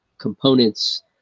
components